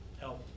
help